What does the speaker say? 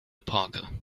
parker